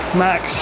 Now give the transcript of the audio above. max